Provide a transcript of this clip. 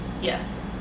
Yes